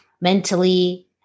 mentally